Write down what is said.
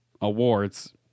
awards